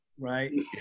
Right